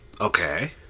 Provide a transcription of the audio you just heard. Okay